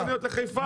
לחיפה.